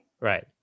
Right